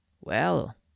Well